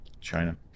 China